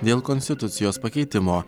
dėl konstitucijos pakeitimo